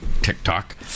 TikTok